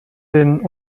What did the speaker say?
den